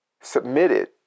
submitted